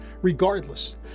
Regardless